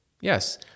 Yes